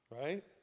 right